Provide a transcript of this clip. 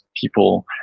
people